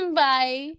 bye